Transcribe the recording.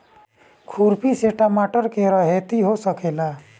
खुरपी से टमाटर के रहेती हो सकेला?